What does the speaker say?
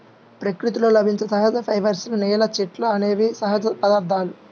ప్రకృతిలో లభించే సహజ ఫైబర్స్, నేల, చెట్లు అనేవి సహజ పదార్థాలు